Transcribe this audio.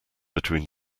between